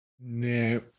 No